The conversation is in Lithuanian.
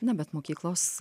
na bet mokyklos